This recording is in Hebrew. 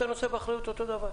אתה נושא באחריות אותו דבר.